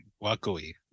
luckily